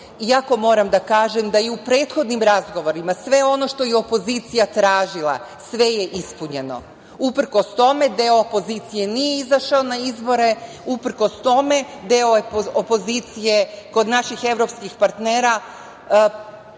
iako moram da kažem da i u prethodnim razgovorima sve ono što je opozicija tražila, sve je ispunjeno. Uprkos tome, deo opozicije nije izašao na izbore, uprkos tome opozicije kod naših evropskih partnera